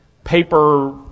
paper